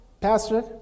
pastor